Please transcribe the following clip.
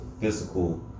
physical